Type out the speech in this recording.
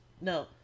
no